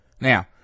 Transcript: Now